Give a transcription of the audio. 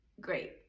great